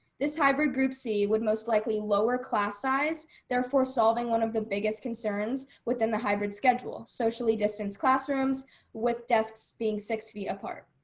this hybrid group c would most likely lower class size, therefore solving one of the biggest concerns within the hybrid schedule, socially distance classrooms with desks being six feet apart.